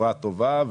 חברה טובה,